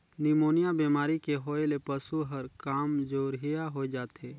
pneumonia बेमारी के होय ले पसु हर कामजोरिहा होय जाथे